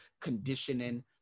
conditioning